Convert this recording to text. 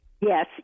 Yes